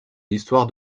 histoire